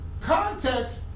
context